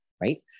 Right